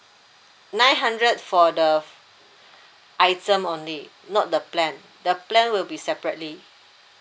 nine hundred for the item only not the plan the plan will be separately